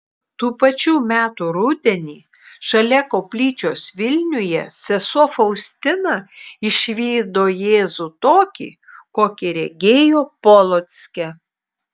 tų pačių metų rudenį šalia koplyčios vilniuje sesuo faustina išvydo jėzų tokį kokį regėjo polocke